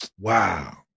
Wow